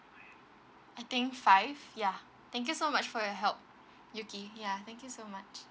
I think five ya thank you so much for your help yuki ya thank you so much